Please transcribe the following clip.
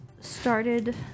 started